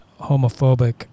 homophobic